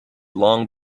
long